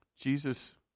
Jesus